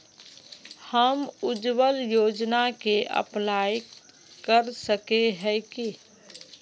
हम उज्वल योजना के अप्लाई कर सके है की?